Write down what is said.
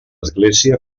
església